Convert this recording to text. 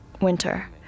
winter